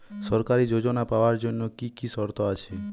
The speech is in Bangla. সরকারী যোজনা পাওয়ার জন্য কি কি শর্ত আছে?